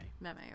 Meme